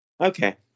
Okay